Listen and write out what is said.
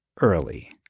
early